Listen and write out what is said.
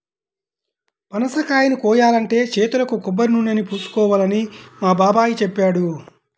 పనసకాయని కోయాలంటే చేతులకు కొబ్బరినూనెని పూసుకోవాలని మా బాబాయ్ చెప్పాడు